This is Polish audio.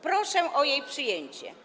Proszę o jej przyjęcie.